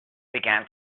began